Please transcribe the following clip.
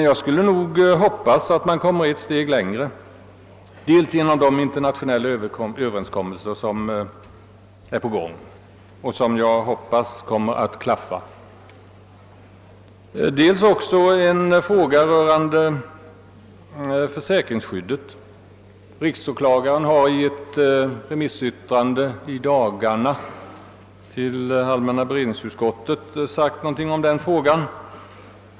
Jag hoppas dock att man når ett steg längre, dels genom de internationella överenskommelser som är på gång, dels i fråga om försäkringsskyddet. Riksåklagaren har i ett remissyttrande till allmänna beredningsutskottet i dagarna sagt någonting om den saken.